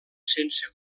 sense